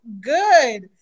good